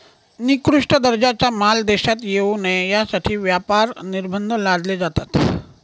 निकृष्ट दर्जाचा माल देशात येऊ नये यासाठी व्यापार निर्बंध लादले जातात